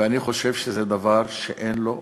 ואני חושב שזה דבר שאין לו מקום.